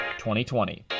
2020